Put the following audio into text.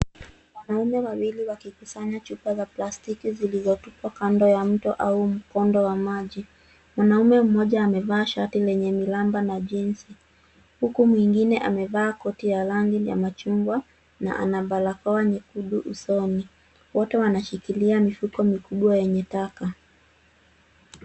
Wanaume wawili wakikusanya chupa za plastiki zilizotupwa kando ya mto au mkondo wa maji. Mwanaume mmoja amevaa shati lenye miraba na jeansi huku mwengine amevaa koti ya rangi ya machungwa na ana barakoa nyekundu usoni. Wote wanashikilia mifuko mikubwa yenye taka.